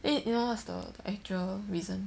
then you know what's the the actual reason